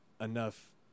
enough